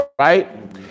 right